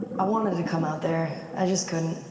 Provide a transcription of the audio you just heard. i wanted to come out there, i just couldn't.